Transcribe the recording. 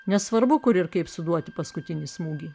nesvarbu kur ir kaip suduoti paskutinį smūgį